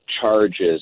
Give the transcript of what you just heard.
charges